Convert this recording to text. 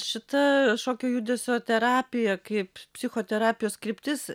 šita šokio judesio terapija kaip psichoterapijos kryptis